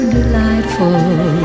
delightful